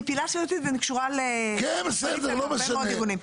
אני פעילה סביבתית ואני קשורה להרבה מאוד ארגונים,